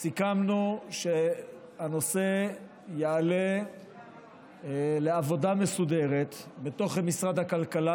סיכמנו שהנושא יעלה לעבודה מסודרת בתוך משרד הכלכלה.